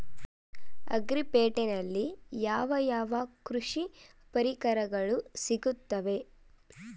Agri ಪೇಟೆನಲ್ಲಿ ಯಾವ ಯಾವ ಕೃಷಿ ಪರಿಕರಗಳು ಸಿಗುತ್ತವೆ?